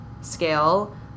scale